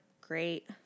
great